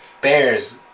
Bears